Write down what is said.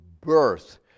birth